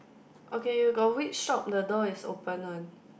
okay you go which shop the door is open one